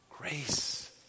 grace